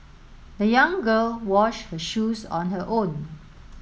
the young girl washed her shoes on her own